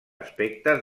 aspectes